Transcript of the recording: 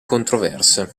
controverse